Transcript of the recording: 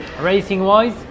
racing-wise